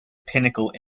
pinnacle